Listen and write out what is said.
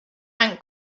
ant